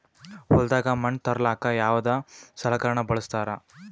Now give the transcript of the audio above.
ಹೊಲದಾಗ ಮಣ್ ತರಲಾಕ ಯಾವದ ಸಲಕರಣ ಬಳಸತಾರ?